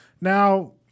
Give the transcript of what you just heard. Now